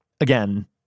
Again